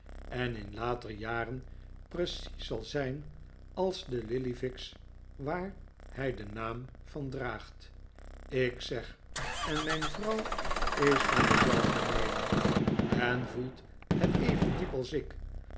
en in later jaren precies zal zijn als de lillyvicks waar hij den naam van draagt ik zeg en mijn vrouw is van dezelfde meening en voelt het even diep als ik